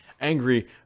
angry